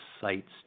sites